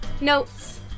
Notes